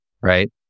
right